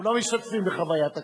משתתפים בחוויית הכנסת.